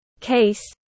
case